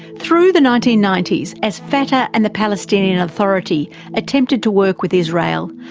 through the nineteen ninety s, as fatah and the palestinian authority attempted to work with israel,